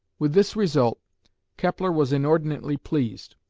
with this result kepler was inordinately pleased,